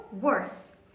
worse